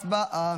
הצבעה.